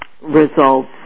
results